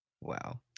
Wow